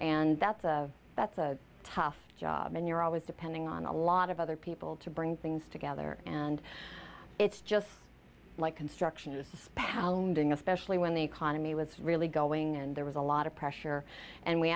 and that's a that's a tough job and you're always depending on a lot of other people to bring things together and it's just like construction is pounding especially when the economy was really going and there was a lot of pressure and we